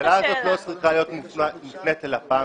השאלה הזאת לא צריכה להיות מופנית אל לפ"ם